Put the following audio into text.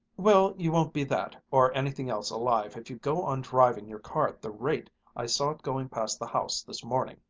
well, you won't be that, or anything else alive, if you go on driving your car at the rate i saw it going past the house this morning,